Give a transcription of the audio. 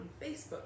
facebook